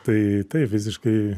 tai taip visiškai